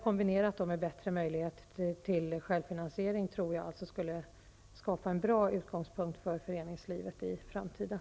Kombinerat med bättre möjligheter till självfinansiering tror jag att detta skulle skapa en bra utgångspunkt för föreningslivet i framtiden.